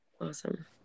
Awesome